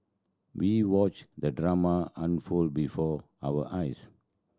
we watched the drama unfold before our eyes